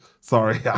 Sorry